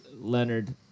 Leonard